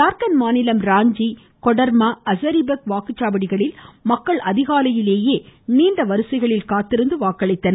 ஜார்கண்ட் மாநிலம் ராஞ்சி கொடர்மா அஸாரிபெக் வாக்குச்சாவடிகளில் மக்கள் அதிகாலையிலேயே நீண்ட வரிசைகளில் காத்திருந்து வாக்களித்தனர்